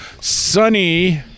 Sunny